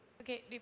Okay